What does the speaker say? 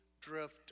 drift